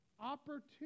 Opportunity